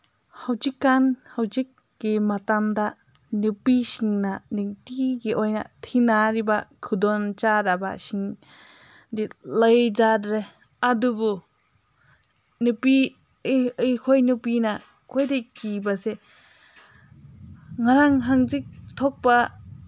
ꯍꯧꯖꯤꯛꯀꯥꯟ ꯍꯧꯖꯤꯛꯀꯤ ꯃꯇꯝꯗ ꯅꯨꯄꯤꯁꯤꯡꯅ ꯅꯤꯡꯇꯤꯒꯤ ꯑꯣꯏꯅ ꯊꯦꯡꯅꯔꯤꯕ ꯈꯨꯗꯣꯡꯆꯥꯗꯕꯁꯤꯡ ꯗꯤ ꯂꯩꯖꯗ꯭ꯔꯦ ꯑꯗꯨꯕꯨ ꯅꯨꯄꯤ ꯑꯩꯈꯣꯏꯅ ꯅꯨꯄꯤꯅ ꯈ꯭ꯋꯥꯏꯗꯩ ꯀꯤꯕꯁꯦ ꯉꯔꯥꯡ ꯍꯪꯆꯤꯠ ꯊꯣꯛꯄ